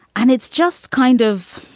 and it's just kind of